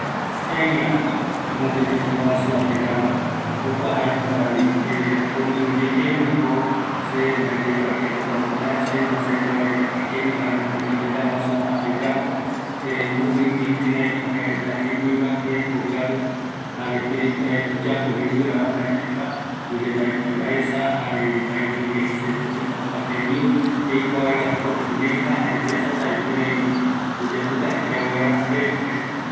Kenia jaevi africano, ëreï kutɨgui jaereta kïraïko oyaporeta jembiura mbaetɨ aesa, erei oïmeko aipo jaeretape ikaviyeye jembiuretava, jare jukuraï oesauka reta, ambuaeva reta ojo yave opou jekoropi